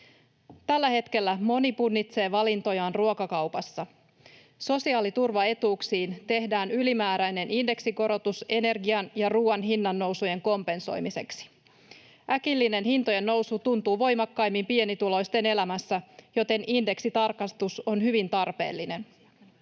Tällä hetkellä moni punnitsee valintojaan ruokakaupassa. Sosiaaliturvaetuuksiin tehdään ylimääräinen indeksikorotus energian ja ruuan hinnannousujen kompensoimiseksi. Äkillinen hintojen nousu tuntuu voimakkaimmin pienituloisten elämässä, joten indeksitarkistus on hyvin tarpeellinen.